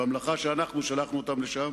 במלאכה שאנחנו שלחנו אותם למלא שם.